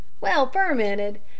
Well-fermented